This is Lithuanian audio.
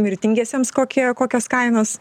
mirtingiesiems kokie kokios kainos